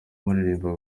uririmba